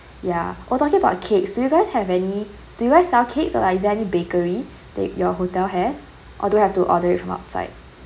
ya oh talking about cakes do you guys have any do you guys sell cakes or is there any bakery that your hotel has or do I have to order it from outside